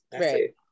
right